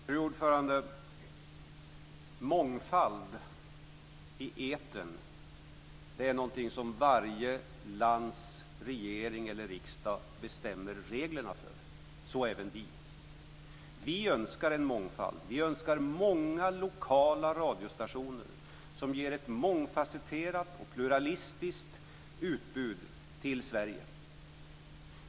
Fru talman! Mångfald i etern är något som varje lands regering eller riksdag bestämmer reglerna för - så även vi. Vi önskar en mångfald. Vi önskar många lokala radiostationer som ger ett mångfacetterat och pluralistiskt utbud till Sverige.